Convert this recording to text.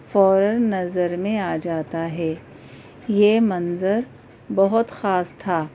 فوراً نظر میں آ جاتا ہے یہ منظر بہت خاص تھا